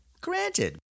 Granted